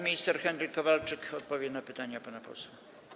Minister Henryk Kowalczyk odpowie na pytania pana posła.